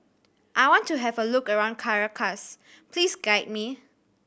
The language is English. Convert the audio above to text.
I want to have a look around Caracas please guide me